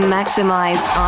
Maximized